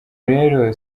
rero